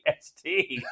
ST